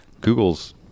Google's